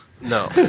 No